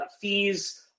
fees